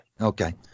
okay